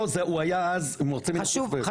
הוא היה אז, הוא מרצה --- לא רוצה להיכנס לזה.